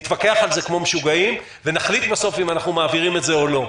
נתווכח על זה כמו משוגעים ונחליט בסוף אם אנחנו מעבירים את זה או לא.